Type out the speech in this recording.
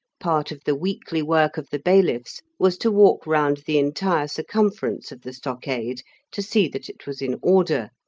part of the weekly work of the bailiffs was to walk round the entire circumference of the stockade to see that it was in order,